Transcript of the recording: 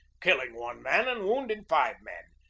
kill ing one man and wounding five men,